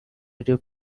radio